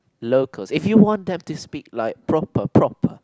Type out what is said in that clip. locals if you want them to speak like proper proper